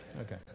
Okay